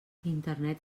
internet